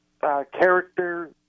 character